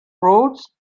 roads